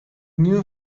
new